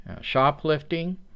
shoplifting